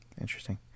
interesting